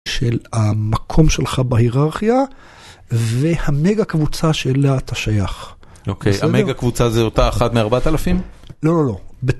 של המקום שלך בהיררכיה והמגה קבוצה שאליה אתה שייך. אוקיי, המגה קבוצה זה אותה אחת מארבעת אלפים? לא.